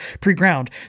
pre-ground